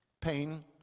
pain